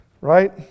right